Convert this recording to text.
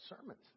sermons